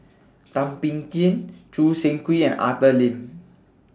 Thum Ping Tjin Choo Seng Quee and Arthur Lim